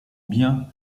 bien